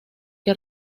que